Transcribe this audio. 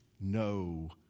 no